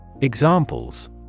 Examples